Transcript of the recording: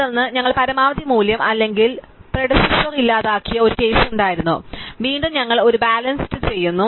തുടർന്ന് ഞങ്ങൾ പരമാവധി മൂല്യം അല്ലെങ്കിൽ പ്രെഡ്സ്സ്സോർ ഇല്ലാതാക്കിയ ഒരു കേസ് ഉണ്ടായിരുന്നു അതിനാൽ വീണ്ടും ഞങ്ങൾ ഒരു ബാലൻസ് ചെയ്യുന്നു